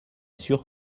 sûr